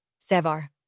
Sevar